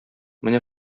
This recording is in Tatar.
менә